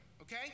okay